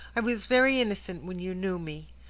i was very innocent when you knew me.